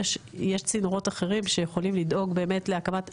צינורות אחרים שיכולים לדאוג באמת להקמה,